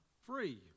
free